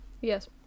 yes